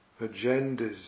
agendas